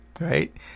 right